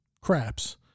craps